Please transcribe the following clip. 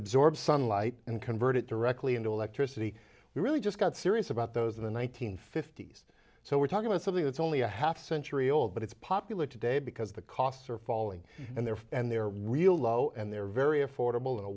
absorb sunlight and convert it directly into electricity we really just got serious about those in the one nine hundred fifty s so we're talking about something that's only a half century old but it's popular today because the costs are falling and they're and they're real low and they're very affordable